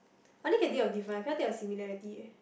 I only can think of difference I cannot think of similarity